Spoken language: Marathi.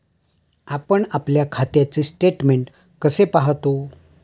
आपण आपल्या खात्याचे स्टेटमेंट कसे पाहतो?